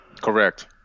Correct